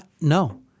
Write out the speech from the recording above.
No